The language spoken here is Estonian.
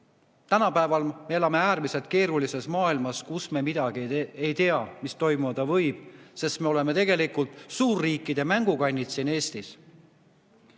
Tänapäeval me elame äärmiselt keerulises maailmas, kus me midagi ei tea, mis toimuda võib, sest me oleme tegelikult suurriikide mängukannid siin Eestis.